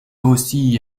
aussi